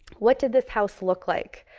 what did this house look like?